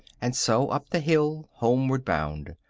and so up the hill, homeward bound.